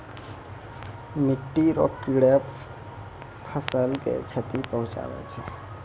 मिट्टी रो कीड़े फसल के क्षति पहुंचाबै छै